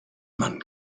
man